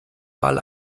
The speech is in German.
mal